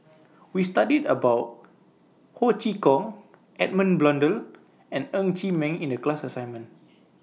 We studied about Ho Chee Kong Edmund Blundell and Ng Chee Meng in The class assignment